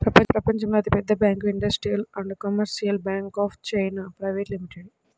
ప్రపంచంలో అతిపెద్ద bank industrial and commercial bank of China private limited